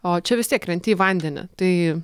o čia vis tiek krenti į vandenį tai